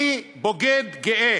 אני בוגד גאה.